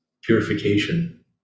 purification